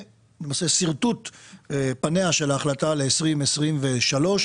למעשה שרטוט פניה של ההחלטה ל-2023.